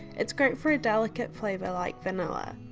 it's great for a delicate flavour like vanilla.